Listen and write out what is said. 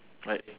right